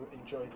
enjoy